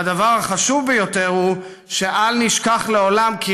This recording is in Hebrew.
והדבר החשוב ביותר הוא שאל נשכח לעולם כי